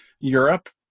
Europe